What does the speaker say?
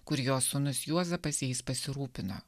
kur jo sūnus juozapas jais pasirūpino